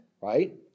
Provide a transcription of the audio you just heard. right